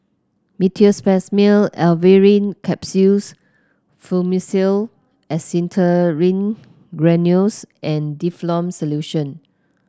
Meteospasmyl Alverine Capsules Fluimucil Acetylcysteine Granules and Difflam Solution